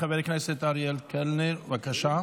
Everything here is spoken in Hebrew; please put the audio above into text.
חבר הכנסת אריאל קלנר, בבקשה.